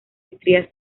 estrías